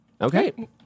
Okay